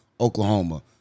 Oklahoma